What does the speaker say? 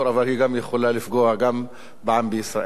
אבל היא יכולה לפגוע גם בעם בישראל.